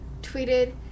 tweeted